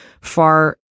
far